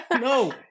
No